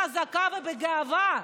חזקה ובגאווה.